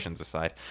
aside